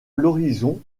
l’horizon